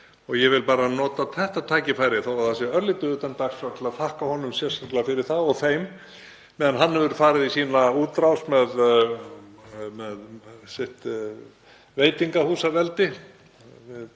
Ég vil bara nota þetta tækifæri þó að það sé örlítið utan dagskrár til að þakka honum sérstaklega fyrir það, og þeim. Á meðan hann hefur farið í sína útrás með sitt veitingahúsaveldi